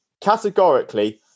Categorically